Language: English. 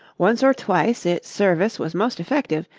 once or twice its service was most effective,